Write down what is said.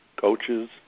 coaches